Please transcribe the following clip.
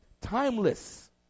Timeless